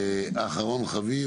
להגביל את מספר התיקונים הבלתי משפטיים